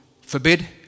forbid